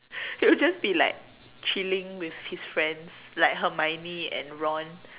it'll just be like chilling with his friends like Hermione and Ron